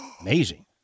Amazing